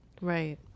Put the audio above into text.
Right